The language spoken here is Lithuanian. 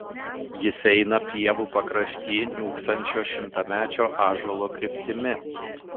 jis eina pievų pakrašty niūksančio šimtamečio ąžuolo kryptimi